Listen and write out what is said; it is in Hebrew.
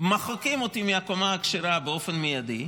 מוחקים אותי מהקומה הכשרה באופן מיידי,